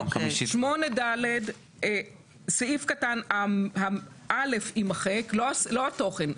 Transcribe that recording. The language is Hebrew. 8ד סעיף קטן (א) יימחק לא התוכן.